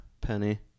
Penny